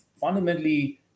fundamentally